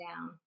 down